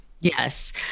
Yes